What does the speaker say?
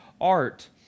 art